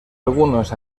algunos